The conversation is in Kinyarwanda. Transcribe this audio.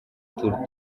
tour